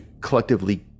collectively